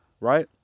Right